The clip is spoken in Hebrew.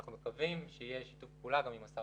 אנחנו מקווים שיהיה שיתוף פעולה גם עם השר